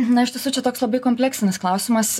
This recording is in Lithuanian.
na iš tiesų čia toks labai kompleksinis klausimas